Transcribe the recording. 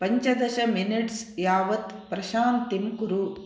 पञ्चदशमिनट्स् यावत् प्रशान्तिं कुरु